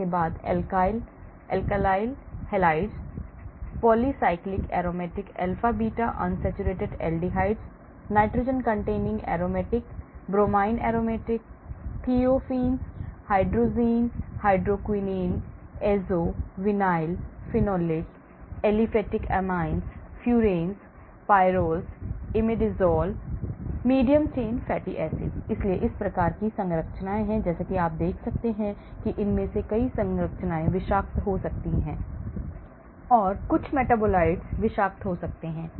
इसके बाद alkyl halides polycyclic aromatic alpha beta unsaturated aldehydes nitrogen containing aromatic bromine aromatic Thiophenes hydrazine hydroquinone azo vinyl phenolic aliphatic amines furans pyrroles imidazoles medium chain fatty acidsइसलिए इस प्रकार की संरचनाएं जैसा कि आप देख सकते हैं कि इनमें से कई संरचनाएं विषाक्त हो सकती हैं क्योंकि कुछ मेटाबोलाइट्स विषाक्त हो सकते हैं